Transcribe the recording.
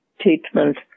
treatment